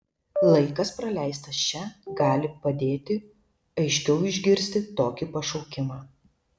laikas praleistas čia gali padėti aiškiau išgirsti tokį pašaukimą